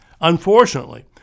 Unfortunately